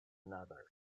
another